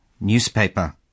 Newspaper